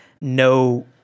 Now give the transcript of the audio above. no